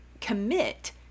commit